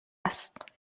است